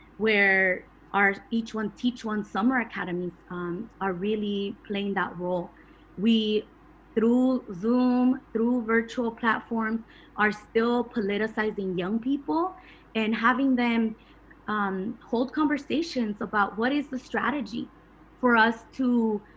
where our each one teach one's summer academies, um are really playing that role we through zoom through virtual platforms are still politicizing young people and having them um hold conversations about what is the strategy for us to?